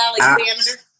Alexander